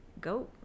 go